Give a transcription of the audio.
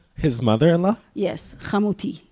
his mother-in-law! yes. chamuti.